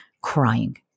crying